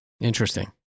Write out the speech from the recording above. Interesting